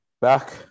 back